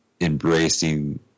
embracing